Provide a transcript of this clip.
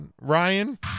Ryan